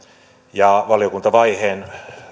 ja valiokuntavaiheen